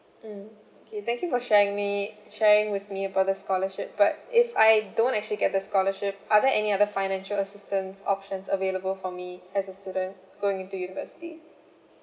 mm okay thank you for sharing me sharing with me about the scholarship but if I don't actually get the scholarship are there any other financial assistance options available for me as a student going into university